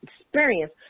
experience